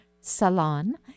salon